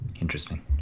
interesting